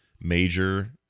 major